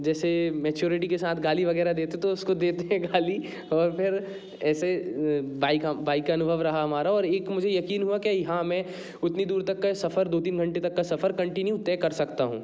जैसे मैच्योरिटी के साथ गाली वगैरह देते उसको देते थे गाली और फिर ऐसे बाइक बाइक का अनुभव रहा हमारा और एक तो मुझे यकीन हुआ यहाँ हमें उतनी दूर का सफर दो तीन घंटे का सफर कंटिन्यू तय कर सकता हूँ